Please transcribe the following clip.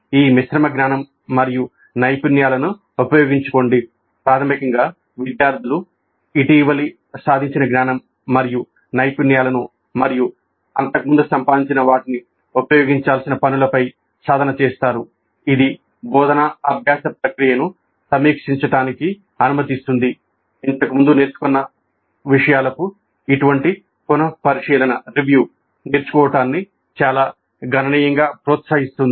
ఈ సమైక్యత నేర్చుకోవడాన్ని చాలా గణనీయంగా ప్రోత్సహిస్తుంది